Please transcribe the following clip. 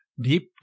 deep